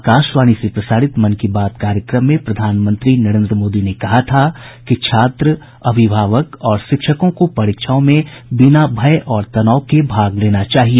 आकाशवाणी से प्रसारित मन की बात कार्यक्रम में प्रधानमंत्री नरेन्द्र मोदी ने कहा था कि छात्र अभिभावक और शिक्षकों को परीक्षाओं में बिना भय और तनाव के भाग लेना चाहिए